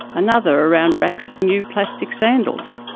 another around racks of new plastic sandals.